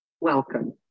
Welcome